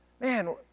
Man